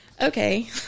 Okay